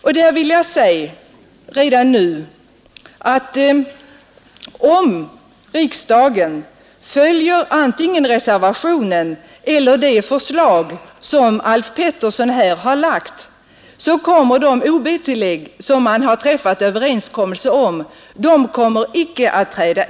Redan nu vill jag säga, att om riksdagen följer antingen reservationen eller det förslag som herr Alf Pettersson i Malmö har lagt fram så kommer de ob-tillägg som förbundet har träffat överenskommelse om inte att utgå.